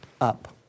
up